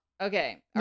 okay